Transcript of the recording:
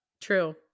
true